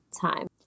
time